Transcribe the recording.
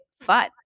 fun